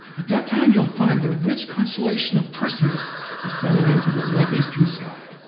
at that time you will find the rich constellation of perseus ascending into the northeastern sky.